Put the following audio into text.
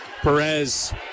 Perez